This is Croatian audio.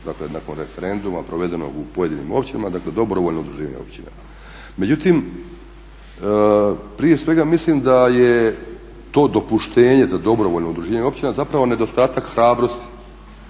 Dakle, nakon referenduma provedenog u pojedinim općinama, dakle dobrovoljno udruživanje općina. Međutim, prije svega mislim da je to dopuštenje za dobrovoljno udruživanje općina zapravo nedostatak hrabrosti